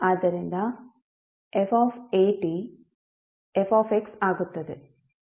ಆದ್ದರಿಂದ fat fx ಆಗುತ್ತದೆ